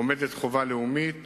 עומדת חובה לאומית